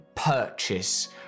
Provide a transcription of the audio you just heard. purchase